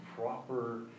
proper